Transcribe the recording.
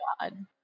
god